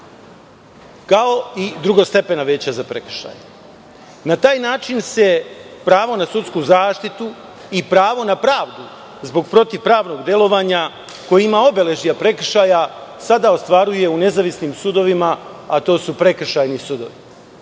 kao i drugostepena veća za prekršaje. Na taj način se pravo na sudsku zaštitu i pravo na pravdu zbog protivpravnog delovanja koje ima obeležja prekršaja, sada ostvaruje u nezavisnim sudovima a to su prekršajni sudovi. Ono